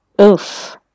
Oof